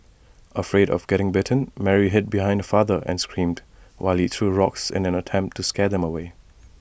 afraid of getting bitten Mary hid behind her father and screamed while he threw rocks in an attempt to scare them away